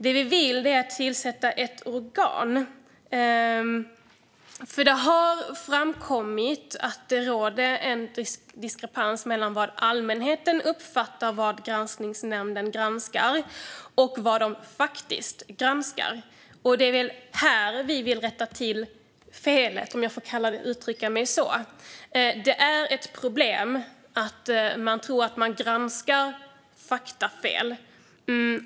Det vi vill är att tillsätta ett organ. Det har framkommit att det råder en diskrepans mellan det som allmänheten uppfattar att granskningsnämnden granskar och vad den faktiskt granskar. Det är här vi vill rätta till felet, om jag får uttrycka mig så. Det är ett problem att människor tror att man granskar faktafel.